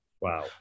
Wow